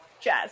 Jazz